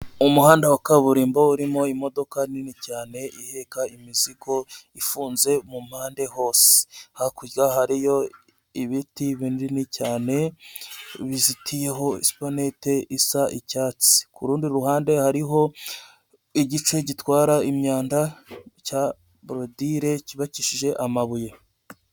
Umuhanda wa kaburimbo urimo imodoka nini cyane iheka imizigo ifunze mu mpande hose, hakurya hariyo ibiti binini cyane bizitiyeho supanete isa icyatsi, ku rundi ruhande hariho igice gitwara imyanda cya borudire cyubakishije amabuye.